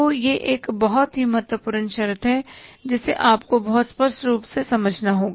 तो यह एक बहुत ही महत्वपूर्ण शर्त है जिसे आपको बहुत स्पष्ट रूप से समझना होगा